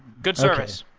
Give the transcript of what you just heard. good service